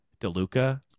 DeLuca